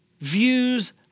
views